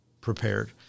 prepared